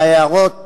להערות